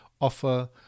offer